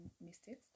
mistakes